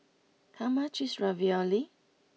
how much is Ravioli